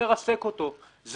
זה